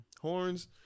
Horns